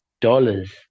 Dollars